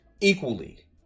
Equally